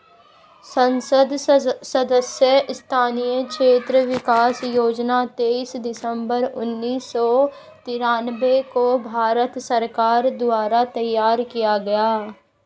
संसद सदस्य स्थानीय क्षेत्र विकास योजना तेईस दिसंबर उन्नीस सौ तिरान्बे को भारत सरकार द्वारा तैयार किया गया